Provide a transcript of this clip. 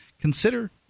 consider